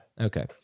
Okay